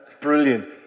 brilliant